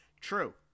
true